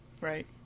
Right